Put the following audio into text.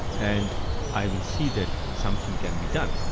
and i will see that something can be done.